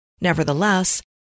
Nevertheless